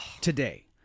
today